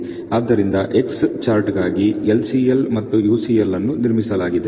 ಆದ್ದರಿಂದ 'X' ಚಾರ್ಟ್ಗಾಗಿ LCL ಮತ್ತು UCL ಅನ್ನು ನಿರ್ಮಿಸಲಾಗಿದೆ